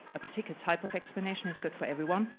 a particular type of explanation is good for everyone.